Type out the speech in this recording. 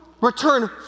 return